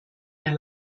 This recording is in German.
mehr